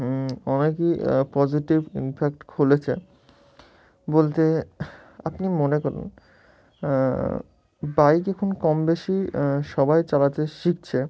অনেকই positive impact খুলেছে বলতে আপনি মনে করেন বাইক এখন কম বেশি সবাই চালাতে শিখছে